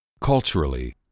Culturally